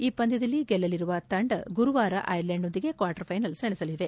ಈ ಪಂದ್ಯದಲ್ಲಿ ಗೆಲ್ಲಲಿರುವ ತಂಡ ಗುರುವಾರ ಐರ್ಲೆಂಡ್ನೊಂದಿಗೆ ಕ್ವಾರ್ಟರ್ಫೈನಲ್ನಲ್ಲಿ ಸೆಣಸಲಿದೆ